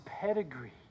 pedigree